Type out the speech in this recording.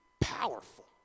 powerful